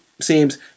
seems